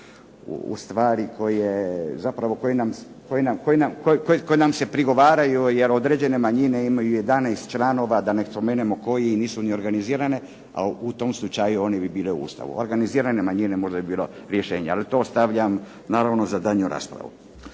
u stvari koje nam se prigovaraju jer određene manjine imaju 11 članova, da ne spomenem koje, nisu ni organizirane, u tom slučaju one bi bile u Ustavu, organizirane manjine možda bi bile rješenje, ali to ostavljam naravno za daljnju raspravu.